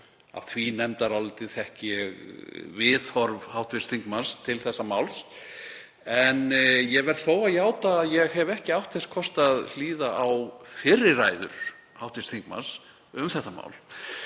af því nefndaráliti viðhorf hv. þingmanns til þessa máls. Ég verð þó að játa að ég hef ekki átt þess kost að hlýða á fyrri ræður hv. þingmanns um þetta mál